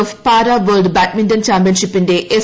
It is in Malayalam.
എഫ് പാരാ വേൾഡ് ബാഡ്മിന്റൺ ചാമ്പ്യൻഷിപ്പിന്റെ എസ്